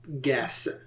guess